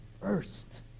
first